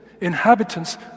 inhabitants